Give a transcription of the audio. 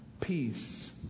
peace